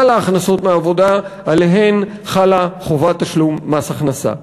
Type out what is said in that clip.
ההכנסות מהעבודה שעליהן חלה חובת תשלום מס הכנסה.